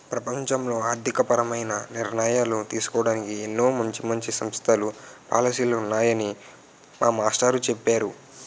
ప్రపంచంలో ఆర్థికపరమైన నిర్ణయాలు తీసుకోడానికి ఎన్నో మంచి మంచి సంస్థలు, పాలసీలు ఉన్నాయని మా మాస్టారు చెప్పేరు